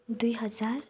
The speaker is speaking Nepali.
दुई हजार